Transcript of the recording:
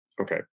okay